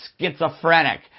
schizophrenic